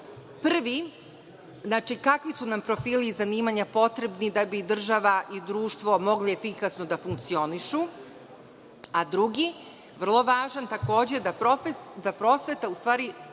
Prvi – kakvi su nam profili i zanimanja potrebni da bi država i društvo mogli efikasno da funkcionišu, a drugi, vrlo važan takođe – da prosveta u stvari